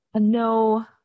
No